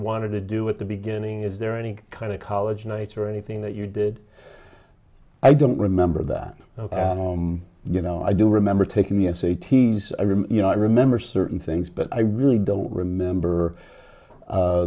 wanted to do at the beginning is there any kind of college night or anything that you did i don't remember that at home you know i do remember taking the s a t s i remember you know i remember certain things but i really don't remember